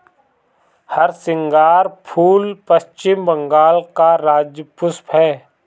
हरसिंगार फूल पश्चिम बंगाल का राज्य पुष्प है